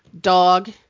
Dog